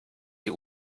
die